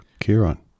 Kieran